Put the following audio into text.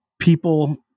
people